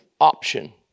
option